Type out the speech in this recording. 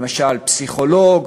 למשל פסיכולוג.